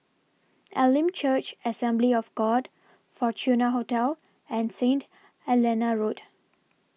Elim Church Assembly of God Fortuna Hotel and Saint Helena Road